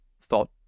thought